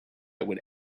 would